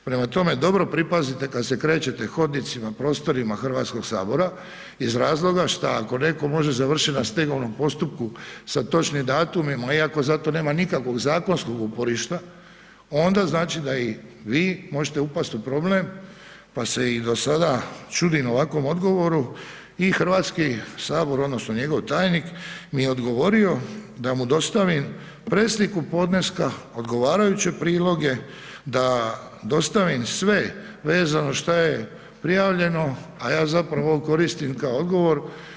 Prema tome, dobro pripazite kad se krećete hodnicima, prostorima HS-a iz razloga što, ako netko može završiti na stegovnom postupku sa točnim datumima, iako za to nema nikakvog zakonskog uporišta, onda znači da i vi možete upasti u problem pa se i do sada čudim ovakvom odgovoru i HS odnosno njegov tajnik mi je odgovorio da mu dostavim presliku podneska, odgovarajuće priloge, da dostavim sve vezano što je prijavljeno, a ja zapravo ovo koristim kao odgovor.